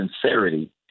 sincerity